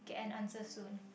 get an answer soon